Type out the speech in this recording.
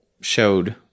showed